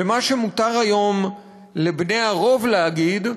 ומה שמותר היום לבני הרוב להגיד,